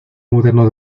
moderno